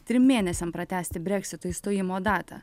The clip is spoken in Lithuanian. trim mėnesiam pratęsti breksito išstojimo datą